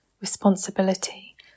responsibility